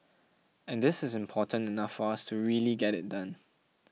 and this is important enough for us to really get it done